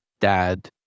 dad